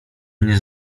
mnie